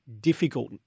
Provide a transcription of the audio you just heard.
difficult